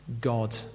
God